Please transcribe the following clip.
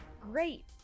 Great